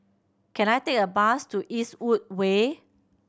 can I take a bus to Eastwood Way